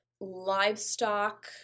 livestock